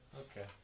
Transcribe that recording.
Okay